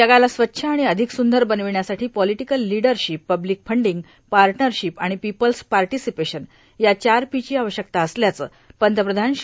जगाला स्वच्छ आणि अधिक स्रंदर बनवण्यासाठी political leadership public funding partnership आणि पिपल्स पार्टीसिपेशन या चार पी ची आवश्यकता असल्याचं पंतप्रधान श्री